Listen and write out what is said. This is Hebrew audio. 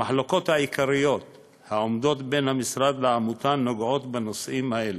המחלוקות העיקריות העומדות בין המשרד לעמותה נוגעות בנושאים האלה,